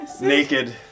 naked